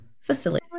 facility